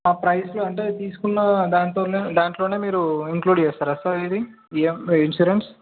ఆ ప్రైస్కి అంటే తీసుకున్న దాంట్లో దాంట్లో మీరు ఇంక్లూడ్ చేస్తారా సార్ ఇది ఈఎం ఇన్సూరెన్స్